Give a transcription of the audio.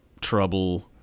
trouble